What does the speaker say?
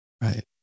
Right